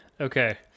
Okay